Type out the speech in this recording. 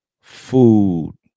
food